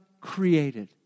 created